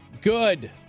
good